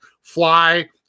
fly